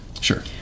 Sure